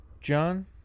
John